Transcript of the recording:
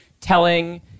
telling